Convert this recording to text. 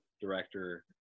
director